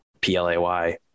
P-L-A-Y